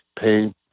pay